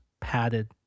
padded